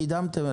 קידמתם.